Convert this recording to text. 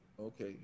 Okay